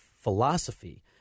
philosophy